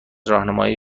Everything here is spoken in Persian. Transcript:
راهنمایی